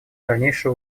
дальнейшее